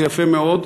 זה יפה מאוד.